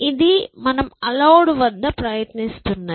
ఇది మనం అలౌడ్ వద్ద ప్రయత్నిస్తున్నది